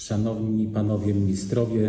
Szanowni Panowie Ministrowie!